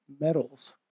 metals